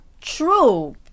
True